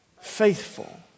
faithful